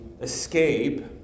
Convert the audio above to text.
escape